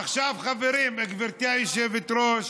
עכשיו, חברים, גברתי היושבת-ראש,